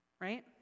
Right